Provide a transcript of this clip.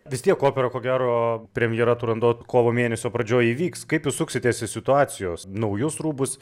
vis tiek opera ko gero premjera turandot kovo mėnesio pradžioj įvyks kaip jūs suksitės iš situacijos naujus rūbus